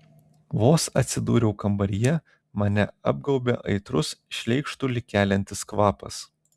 vos atsidūriau kambaryje mane apgaubė aitrus šleikštulį keliantis kvapas